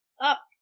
up